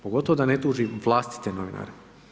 Pogotovo da ne tuži vlastite novinare.